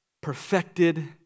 perfected